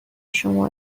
شما